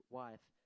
wife